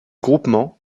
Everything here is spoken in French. groupements